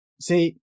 see